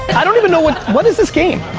i don't even know what, what is this game?